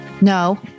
No